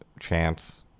chance